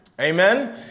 Amen